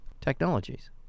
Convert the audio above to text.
technologies